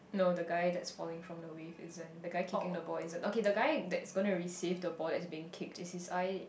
no the guy that's falling from the wave isn't the guy kicking the ball isn't okay the guy that's gonna receive the ball that's being kicked is his eye